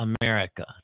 America